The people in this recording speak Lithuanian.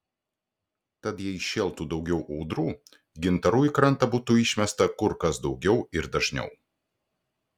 tad jei šėltų daugiau audrų gintarų į krantą būtų išmesta kur kas daugiau ir dažniau